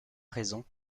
raison